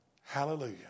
hallelujah